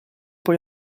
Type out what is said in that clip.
poi